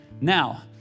Now